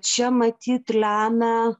čia matyt lemia